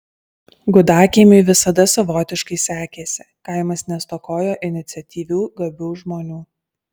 gudakiemiui visada savotiškai sekėsi kaimas nestokojo iniciatyvių gabių žmonių